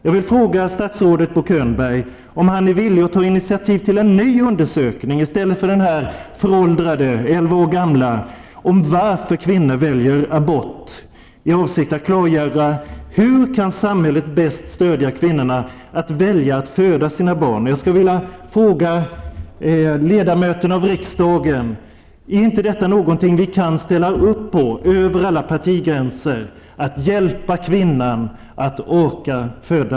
Jag vill fråga statsrådet Bo Könberg om han är villig att ta initiativ till en ny undersökning, i stället för den föråldrade elva år gamla, om varför kvinnor väljer abort, i avsikt att klargöra hur samhället bäst kan stödja kvinnorna att välja att föda sina barn. Jag skulle vilja fråga ledamöterna av riksdagen: Är inte det någonting vi kan ställa upp på över alla partigränser att hjälpa kvinnan att orka föda?